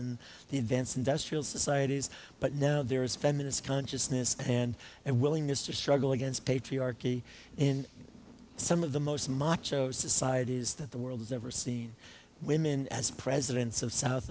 in the advanced industrial societies but now there is feminist consciousness and and willingness to struggle against patriarchy in some of the most macho societies that the world has ever seen women as presidents of south